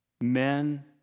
men